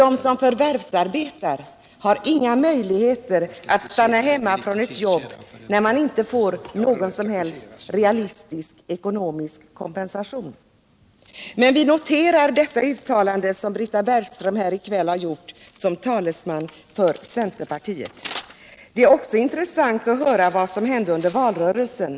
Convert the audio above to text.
De som förvärvsarbetar har nämligen inga möjligheter att stanna hemma från sitt jobb när de inte får någon som helst realistisk ekonomisk kompensation. Vi noterar detta uttalande, som Britta Bergström i dag har gjort här som talesman för centerpartiet. Det är också intressant att tänka på vad som hände under valrörelsen.